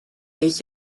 eet